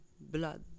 blood